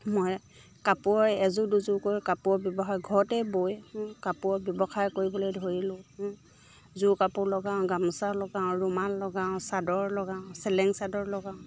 মই কাপোৰৰ এযোৰ দুযোৰকৈ কাপোৰৰ ব্যৱসায় ঘৰতে বৈ কাপোৰৰ ব্যৱসায় কৰিবলৈ ধৰিলোঁ যোৰ কাপোৰ লগাওঁ গামোচা লগাওঁ ৰুমাল লগাওঁ চাদৰ লগাওঁ চেলেং চাদৰ লগাওঁ